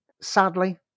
Sadly